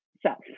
self